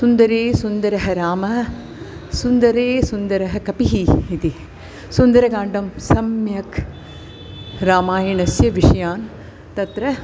सुन्दरः सुन्दरः राम सुन्दरः सुन्दरः कपिः इति सुन्दरकाण्डं सम्यक् रामायणस्य विषयान् तत्र